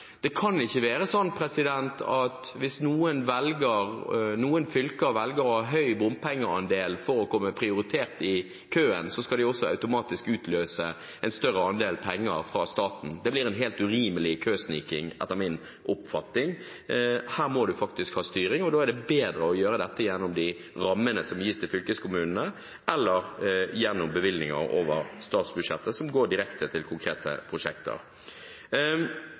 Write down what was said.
Det kan ikke være sånn at hvis noen fylker velger å ha høy bompengeandel for å bli prioritert i køen, skal det automatisk utløse en større andel penger fra staten. Det blir en helt urimelig køsniking, etter min oppfatning. Her må man faktisk ha styring, og da er det bedre å gjøre dette gjennom de rammene som gis til fylkeskommunene, eller gjennom bevilgninger over statsbudsjettet som går direkte til konkrete prosjekter.